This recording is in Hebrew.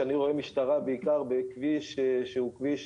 שאני רואה משטרה בעיקר בכביש שהוא כביש